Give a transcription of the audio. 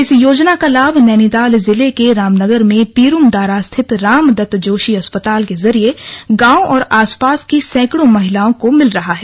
इस योजना का लाभ नैनीताल जिले के रामनगर में पीरूमदारा स्थित राम दत्त जोशी अस्पताल के जरिए गांव और आसपास की सैकड़ों महिलाओं को मिल रहा है